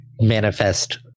manifest